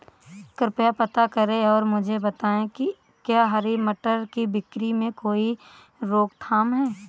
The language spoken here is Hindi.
कृपया पता करें और मुझे बताएं कि क्या हरी मटर की बिक्री में कोई रोकथाम है?